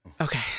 Okay